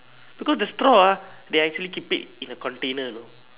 because the straw ah they actually keep it in a container know